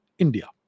India